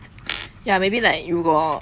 ya maybe like you go out